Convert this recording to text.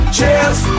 Cheers